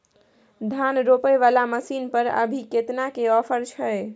धान रोपय वाला मसीन पर अभी केतना के ऑफर छै?